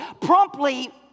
promptly